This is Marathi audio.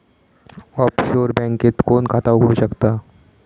ऑफशोर बँकेत कोण खाता उघडु शकता?